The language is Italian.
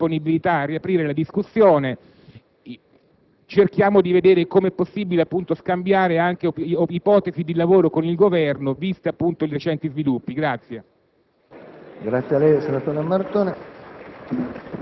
perlomeno paradossale. Ringrazio il Presidente per la disponibilità a riaprire la discussione. Cerchiamo di vedere come sia possibile scambiare ipotesi di lavoro con il Governo, considerati i recenti sviluppi.